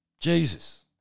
Jesus